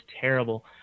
terrible